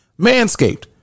Manscaped